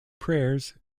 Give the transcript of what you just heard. prayers